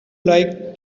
like